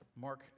Mark